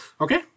Okay